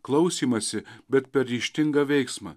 klausymąsi bet per ryžtingą veiksmą